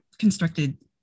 constructed